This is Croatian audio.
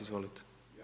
Izvolite.